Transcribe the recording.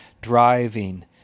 driving